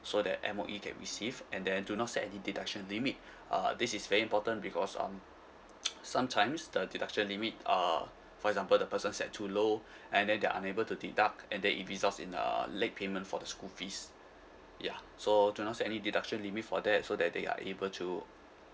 so that M_O_E can receive and then do not set any deduction limit uh this is very important because um sometimes the deduction limit uh for example the person set too low and then they are unable to deduct and then it results in a late payment for the school fees ya so do not set any deduction limit for that so that they are able to